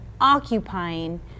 occupying